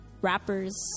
rappers